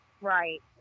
Right